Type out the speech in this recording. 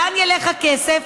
לאן ילך הכסף?